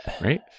right